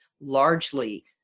largely